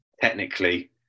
technically